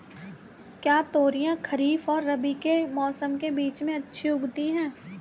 क्या तोरियां खरीफ और रबी के मौसम के बीच में अच्छी उगती हैं?